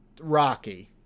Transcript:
rocky